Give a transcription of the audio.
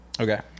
Okay